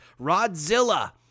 rodzilla